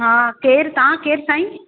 हा केरु तव्हां केरु साईं